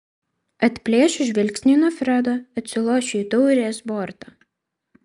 atplėšiu žvilgsnį nuo fredo atsilošiu į taurės bortą